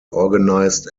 organized